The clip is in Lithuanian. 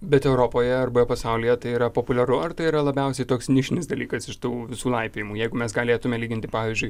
bet europoje arba pasaulyje tai yra populiaru ar tai yra labiausiai toks nišinis dalykas iš tų visų laipiojimų jeigu mes galėtume lyginti pavyzdžiui